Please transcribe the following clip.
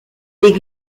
les